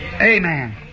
Amen